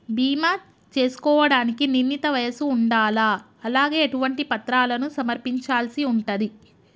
బీమా చేసుకోవడానికి నిర్ణీత వయస్సు ఉండాలా? అలాగే ఎటువంటి పత్రాలను సమర్పించాల్సి ఉంటది?